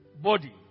body